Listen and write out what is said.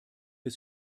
des